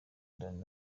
danny